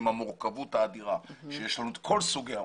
עם המורכבות האדירה כשיש לנו את כל סוגי האוכלוסיות,